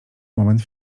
moment